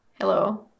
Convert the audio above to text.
hello